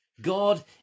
God